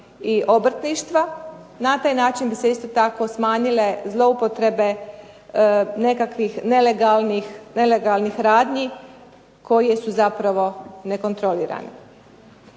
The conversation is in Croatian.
i obrtništva. Na taj način bi se isto tako smanjile zloupotrebe nekakvih nelegalnih radnji koje su zapravo nekontrolirane.